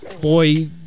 boy